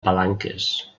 palanques